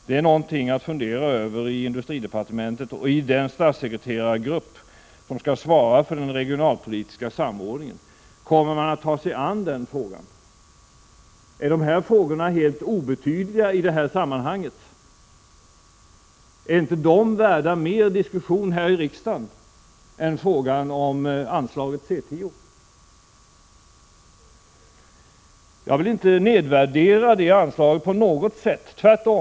Det är någonting att fundera över i industridepartementet och i den statssekreterargrupp som skall svara för den regionalpolitiska samordningen. Kommer man att ta sig an den frågan? Är dessa frågor helt obetydliga i detta sammanhang? Är de inte värda mer diskussion i riksdagen än frågan om anslaget C 10? Jag vill inte nedvärdera det anslaget på något sätt, tvärtom.